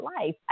life